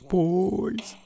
boys